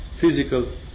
physical